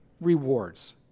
rewards